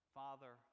father